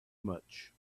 much